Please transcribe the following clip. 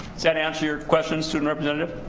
that answer your question student representative.